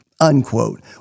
Unquote